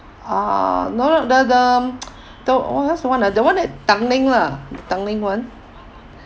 ah no the the the oldest [one] ah that [one] at tanglin lah the tanglin [one]